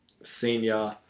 senior